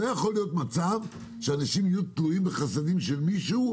לא יכול להיות שאנשים יהיו תלויים בחסדים של מישהו.